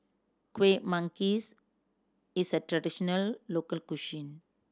Kuih Manggis is a traditional local cuisine